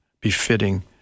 befitting